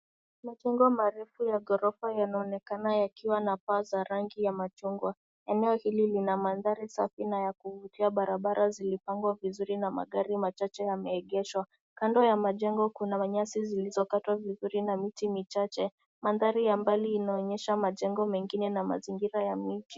Majengo marefu ya ghorofa yanaonekana yakiwa na paa za rangi ya machungwa. Eneo hili lina mandhari safi na ya kuvutia. Barabara zilipangwa vizuri na magari machache yameegeshwa. Kando ya majengo kuna manyasi zilizokatwa vizuri na miti machache. Mandhari ya mbali inaonyesha majengo mengine na mazingira ya miti.